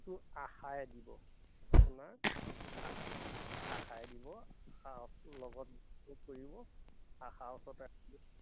টো আশাই দিব আপোনাৰ আশাই দিব আশা